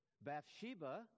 Bathsheba